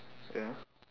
ya